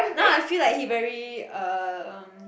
now I feel like he very um